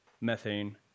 methane